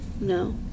no